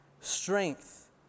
strength